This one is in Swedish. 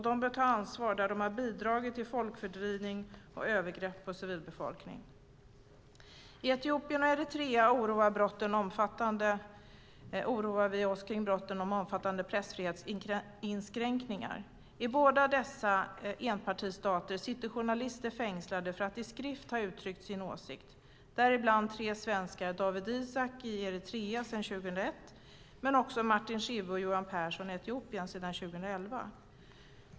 De bör ta ansvar där de har bidragit till folkfördrivning och övergrepp på civilbefolkningen. I Etiopien och Eritrea oroar vi oss för brottet omfattande pressfrihetskränkningar. I båda dessa enpartistater sitter journalister fängslade för att i skrift ha uttryckt sin åsikt. Däribland finns tre svenskar: Dawit Isaak i Eritrea sedan 2001 och Martin Schibbye och Johan Persson i Etiopien sedan 2011.